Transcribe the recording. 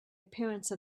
appearance